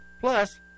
plus